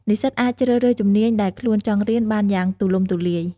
និស្សិតអាចជ្រើសរើសជំនាញដែលខ្លួនចង់រៀនបានយ៉ាងទូលំទូលាយ។